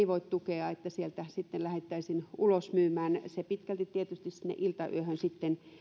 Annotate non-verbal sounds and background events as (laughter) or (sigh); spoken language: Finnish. (unintelligible) voi tukea tällaista esitystä että lähdettäisiin ulosmyymään se tietysti pitkälti sinne iltayöhön sitten